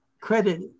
credit